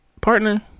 partner